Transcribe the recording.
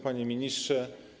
Panie Ministrze!